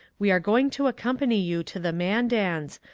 we are going to accompany you to the mandans,